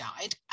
died